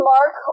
Mark